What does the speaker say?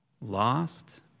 Lost